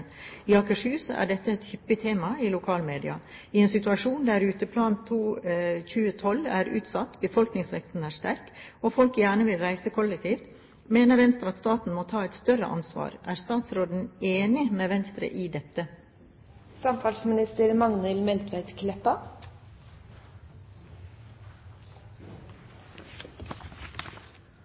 I Akershus er dette et hyppig tema i lokalmedia. I en situasjon der Ruteplan 2012 er utsatt, befolkningsveksten er sterk og folk gjerne vil reise kollektivt, mener Venstre at staten må ta et større ansvar. Er statsråden enig med Venstre i